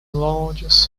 largest